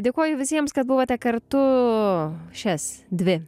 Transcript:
dėkoju visiems kad buvote kartu šias dvi